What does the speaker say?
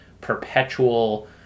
perpetual